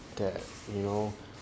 that you know